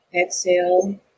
Exhale